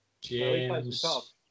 James